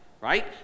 Right